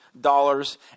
dollars